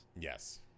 Yes